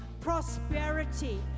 prosperity